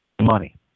money